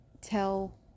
tell